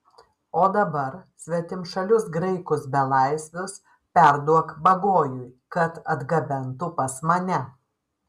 o dabar svetimšalius graikus belaisvius perduok bagojui kad atgabentų pas mane